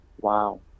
Wow